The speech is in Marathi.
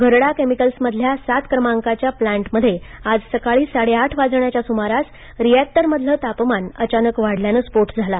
घरडा केमिकल्समधल्या सात क्रमांकाच्या प्लँटमध्ये आज सकाळी साडेआठ वाजण्याच्या सुमारास रिएक्टरमधलं तापमान अचानक वाढल्यानं स्फोट झाला